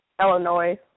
Illinois